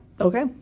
okay